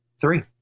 three